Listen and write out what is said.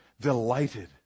delighted